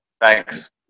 Thanks